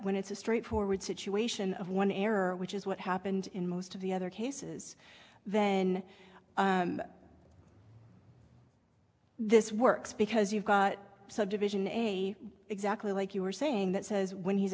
when it's a straightforward situation of one error which is what happened in most of the other cases then this works because you've got some division a exactly like you are saying that says when he's